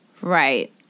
Right